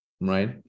right